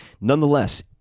Nonetheless